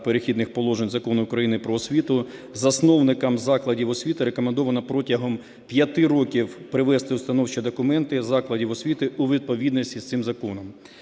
перехідних положень" Закону України "Про освіту" засновникам закладів освіти рекомендовано протягом 5 років привести установчі документи закладів освіти у відповідність із цим законом.